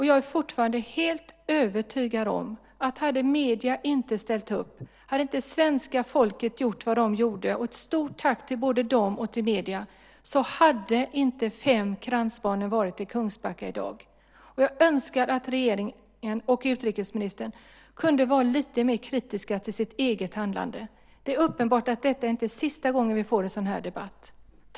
Jag är fortfarande helt övertygad om att hade medierna inte ställt upp och hade inte svenska folket gjort vad de gjorde - ett stort tack till både dem och medierna - hade inte de fem Krantzbarnen varit i Kungsbacka i dag. Jag önskar att regeringen och utrikesministern kunde vara lite mer kritiska till sitt eget handlande. Det är uppenbart att det inte är sista gången vi får en sådan här debatt.